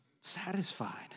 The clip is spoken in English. satisfied